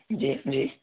जी जी